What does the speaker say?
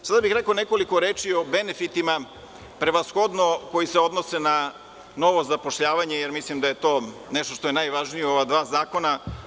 Sada bih rekao nekoliko reči o benefitima koji se odnose na novo zapošljavanje, jer mislim da je to nešto što je najvažnije u ova dva zakona.